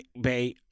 Bay